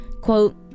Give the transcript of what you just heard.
Quote